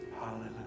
Hallelujah